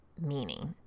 meaning